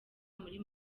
muri